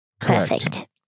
Perfect